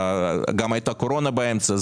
גם היתה קורונה באמצע.